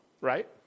Right